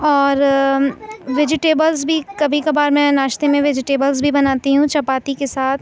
اور وجیٹیبلس بھی کبھی کبھار میں ناشتے میں وجیٹیبلس بھی بناتی ہوں چپاتی کے ساتھ